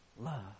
love